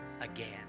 again